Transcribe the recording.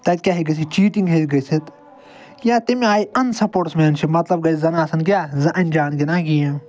تَتہِ کیٛاہ ہٮ۪کہِ گٔژھِتھ چیٖٹِنٛگ ہٮ۪کہِ گٔژھِتھ یا تَمہِ آے اَن سَپوٹٕسمینشِپ مطلب گَژھِ زَن آسَن کیٛاہ زٕ انجان گِنٛدان گیم